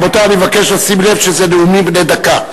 רבותי, אני מבקש לשים לב שזה נאומים בני דקה.